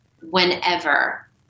whenever